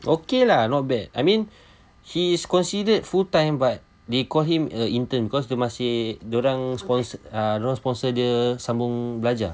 okay lah not bad I mean he is considered full time but they call him a intern cause dia masih dia orang sponsor dia orang sponsor dia sambung belajar